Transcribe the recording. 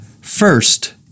First